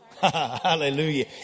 Hallelujah